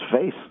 face